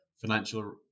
financial